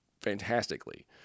fantastically